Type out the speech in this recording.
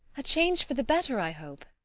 a change for the better, i hope,